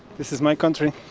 this is my country